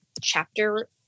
chapter